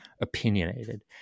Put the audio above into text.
opinionated